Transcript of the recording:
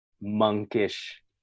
monkish